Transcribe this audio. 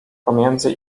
pomiędzy